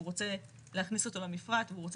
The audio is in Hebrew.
והוא רוצה להכניס אותו לפרט והוא רוצה